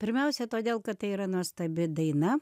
pirmiausia todėl kad tai yra nuostabi daina